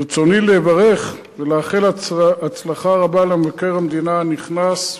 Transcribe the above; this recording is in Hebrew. ברצוני לברך ולאחל הצלחה רבה למבקר המדינה הנכנס,